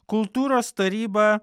kultūros taryba